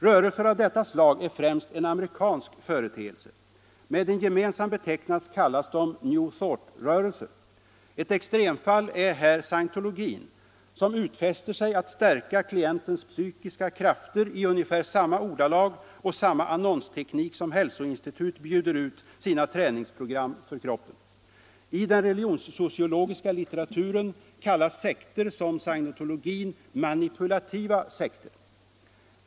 Rörelser av detta slag är främst en amerikansk företeelse. Med en gemensam beteckning kallas de New Thoughtrörelser. Ett extremfall är här scientologin som utfäster sig att stärka klientens psykiska krafter i ungefär samma ordalag och samma annonsteknik som hälsoinstitut bjuder ut sina träningsprogram för kroppen. I den religionssociologiska litteraturen kallas sekter som scientologin manipulativa sekter.